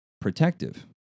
protective